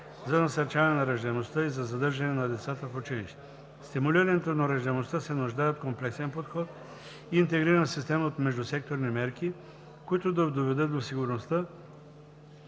за насърчаване на раждаемостта и за задържане на децата в училище. Стимулирането на раждаемостта се нуждае от комплексен подход и интегрирана система от междусекторни мерки, които да доведат до сигурността,